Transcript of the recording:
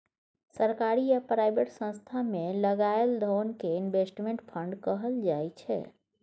सरकारी आ प्राइवेट संस्थान मे लगाएल धोन कें इनवेस्टमेंट फंड कहल जाय छइ